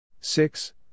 six